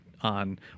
on